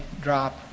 drop